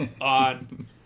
on